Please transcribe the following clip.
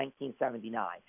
1979